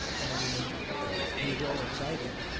and he was all excited,